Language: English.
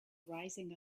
rising